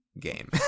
game